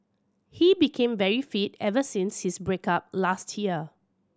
he became very fit ever since his break up last year